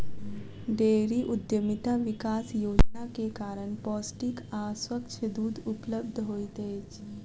dairy उद्यमिता विकास योजना के कारण पौष्टिक आ स्वच्छ दूध उपलब्ध होइत अछि